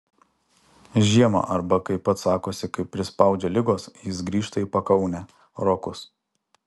žiemą arba kaip pats sakosi kai prispaudžia ligos jis grįžta į pakaunę rokus